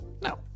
No